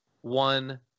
One